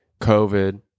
COVID